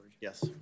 Yes